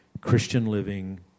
Christian-living